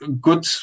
good